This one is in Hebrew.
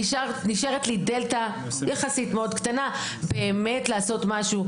נשארת לי דלתה יחסית מאוד קטנה לעשות משהו.